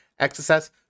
XSS